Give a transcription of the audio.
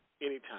anytime